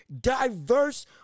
diverse